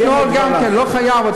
יש נוהל גם כן, לא חייב.